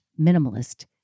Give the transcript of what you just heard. minimalist